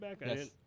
Yes